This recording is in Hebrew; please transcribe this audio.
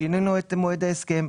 שינינו את מועד ההסכם.